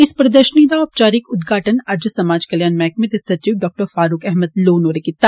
इस प्रदर्षनी दा औपचारिक उदघाटन अज्ज समाज कल्याण मैहकमे दे सचिप डॉक्टर फारुक अहमद लोन होरे कीता